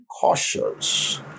cautious